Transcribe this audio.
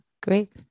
great